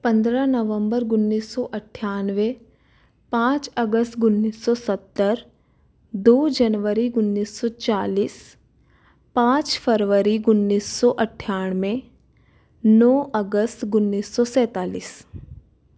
पंद्रह नवंबर उन्नीस सौ अट्ठानवे पाँच अगस्त उन्नीस सौ सत्तर दो जनवरी उन्नीस सौ चालीस पाँच फरवरी उन्नीस सौ अट्ठानवे नौ अगस्त उन्नीस सौ सैंतालीस